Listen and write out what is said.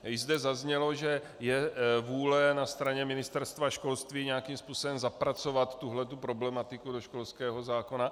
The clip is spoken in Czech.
Již zde zaznělo, že je vůle na straně Ministerstva školství nějakým způsobem zapracovat tuto problematiku do školského zákona.